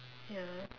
ya